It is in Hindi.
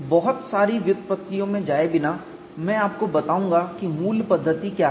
बहुत सारी व्युत्पत्तियों में जाए बिना मैं आपको बताऊंगा कि मूल पद्धति क्या है